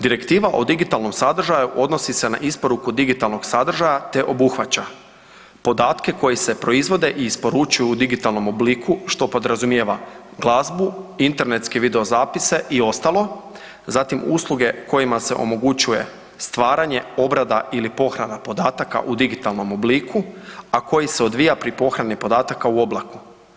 Direktiva o digitalnom sadržaju odnosi se na isporuku digitalnog sadržaja te obuhvaća podatke koji se proizvode i isporučuju u digitalnom obliku što podrazumijeva glazbu, internetske video zapise i ostalo, zatim usluge kojima se omogućuje stvaranje, obrada ili pohrana podataka u digitalnom obliku, a koji se odvija pri pohrani podataka u oblaku.